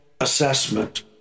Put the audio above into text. assessment